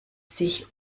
sich